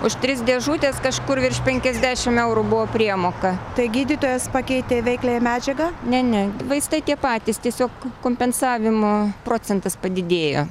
už tris dėžutes kažkur virš penkiasdešim eurų buvo priemoka tai gydytojas pakeitė veikliąją medžiagą ne ne vaistai tie patys tiesiog kompensavimo procentas padidėjo